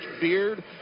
Beard